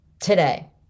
today